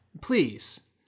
Please